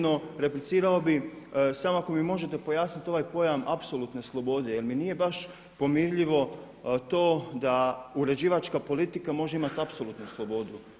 No, replicirao bih samo ako mi možete pojasniti ovaj pojam apsolutne slobode, jer mi nije baš pomirljivo to da uređivačka politika može imati apsolutnu slobodu.